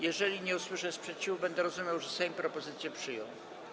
Jeżeli nie usłyszę sprzeciwu, będę rozumiał, że Sejm propozycje przyjął.